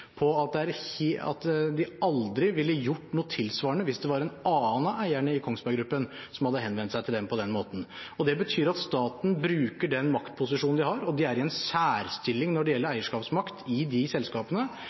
på at de aldri ville gjort noe tilsvarende hvis det var en annen av eierne i Kongsberg Gruppen som hadde henvendt seg til dem på den måten. Det betyr at staten bruker den maktposisjonen de har – og de er i en særstilling når det gjelder eierskapsmakt i de selskapene